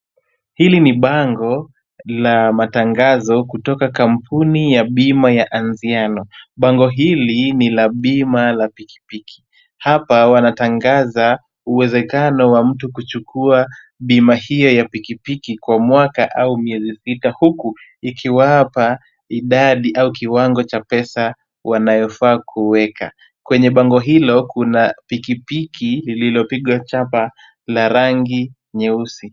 Hili ni bango la matangazo kutoka kampuni ya bima ya Anziano. Bango hili ni la bima la pikipiki. Hapa wanatangaza uwezekano wa mtu kuchukua bima hiyo ya pikipiki kwa mwaka au miezi sita, huku ikiwapa idadi au kiwango cha pesa wanayofaa kuweka. Bango hilo kuna pikipiki lililopigwa chapa la rangi nyeusi.